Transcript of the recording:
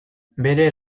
bere